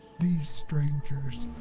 these strangers.